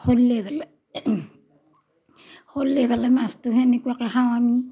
সলেই পেলে সলেই পেলে মাছটো সেনেকুৱাকে খাওঁ আমি